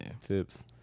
Tips